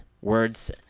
Words